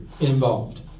involved